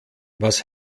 was